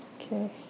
Okay